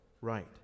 right